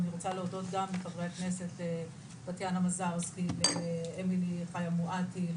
אני רוצה להודות גם לחברי הכנסת טטיאנה מזרסקי ואמילי חיה מואטי,